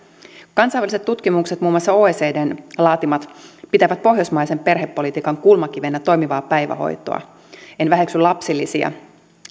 kansainväliset tutkimukset muun muassa oecdn laatimat pitävät pohjoismaisen perhepolitiikan kulmakivenä toimivaa päivähoitoa en väheksy lapsilisiä